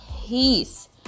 peace